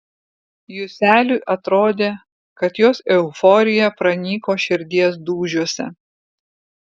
juseliui atrodė kad jos euforija pranyko širdies dūžiuose